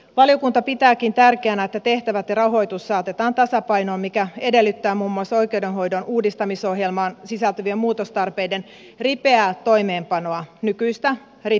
valiokunta pitääkin tärkeänä että tehtävät ja rahoitus saatetaan tasapainoon mikä edellyttää muun muassa oikeudenhoidon uudistamisohjelmaan sisältyvien muutostarpeiden ripeää toimeenpanoa nykyistä ripeämpää